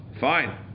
Fine